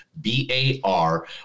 B-A-R